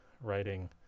writing